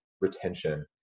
retention